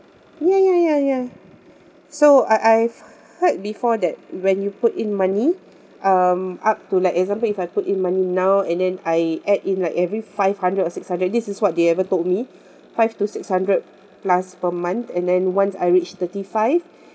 ya ya ya ya so I I've heard before that when you put in money um up to like example if I put in money now and then I add in like every five hundred or six hundred this is what they ever told me five to six hundred plus per month and then once I reach thirty five